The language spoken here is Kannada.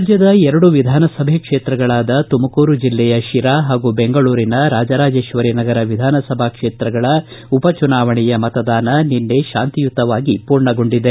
ರಾಜ್ಞದ ಎರಡು ವಿಧಾನಸಭೆ ಕ್ಷೇತ್ರಗಳಾದ ತುಮಕೂರು ಜಿಲ್ಲೆಯ ಶಿರಾ ಹಾಗೂ ಬೆಂಗಳೂರಿನ ರಾಜರಾಜೇಶ್ವರಿ ನಗರ ವಿಧಾನಸಭಾ ಕ್ಷೇತ್ರಗಳ ಉಪಚುನಾವಣೆಯ ಮತದಾನ ಶಾಂತಿಯುತವಾಗಿ ಪೂರ್ಣಗೊಂಡಿದೆ